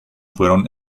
fueron